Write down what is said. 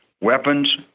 Weapons